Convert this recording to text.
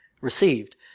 received